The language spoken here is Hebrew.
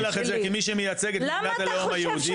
אני אומר את זה כמי שמייצג את מדינת הלאום היהודית,